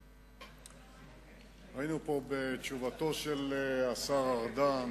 ראינו בתשובתו של השר ארדן,